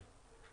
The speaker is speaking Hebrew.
כן.